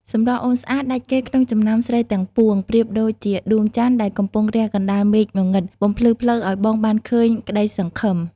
សម្រស់អូនស្អាតដាច់គេក្នុងចំណោមស្រីទាំងពួង ប្រៀបដូចជាដួងច័ន្ទដែលកំពុងរះកណ្តាលមេឃងងឹត បំភ្លឺផ្លូវឱ្យបងបានឃើញក្តីសង្ឃឹម។